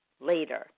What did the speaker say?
later